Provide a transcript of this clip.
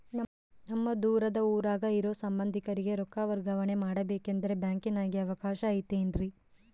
ನಮ್ಮ ದೂರದ ಊರಾಗ ಇರೋ ಸಂಬಂಧಿಕರಿಗೆ ರೊಕ್ಕ ವರ್ಗಾವಣೆ ಮಾಡಬೇಕೆಂದರೆ ಬ್ಯಾಂಕಿನಾಗೆ ಅವಕಾಶ ಐತೇನ್ರಿ?